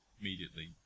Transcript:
immediately